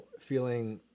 feeling